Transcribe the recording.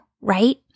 right